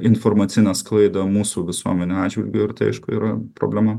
informacinę sklaidą mūsų visuomeniu atžvilgiu ir tai aišku yra problema